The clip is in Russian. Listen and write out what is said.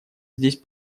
здесь